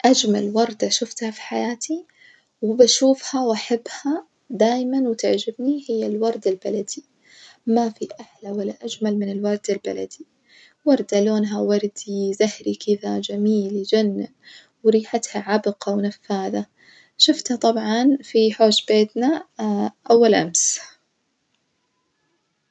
أجمل وردة شوفتها في حياتي وبشوفها وأحبها دايمًا وتعجبني هي الوردة البلدي، ما في أحلى ولا أجمل من الوردة البلدي وردة لوونها وردي زهري كدة جميل يجنن وريحتها عبقة ونفاذة، شوفتها طبعًا في حوش بيتنا أول أمس.